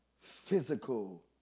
physical